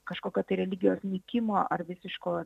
kažkokio religijos nykimo ar visiško